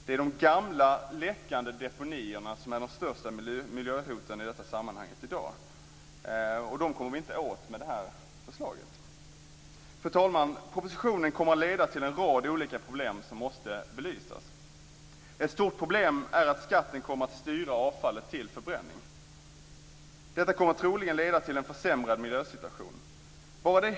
Det är de gamla läckande deponierna som är de största miljöhoten i detta sammanhanget i dag. Dem kommer vi inte åt med det här förslaget. Fru talman! Propositionen kommer att leda till en rad olika problem som måste belysas. Ett stort problem är att skatten kommer att styra avfallet till förbränning. Detta kommer troligen att leda till en försämrad miljösituation.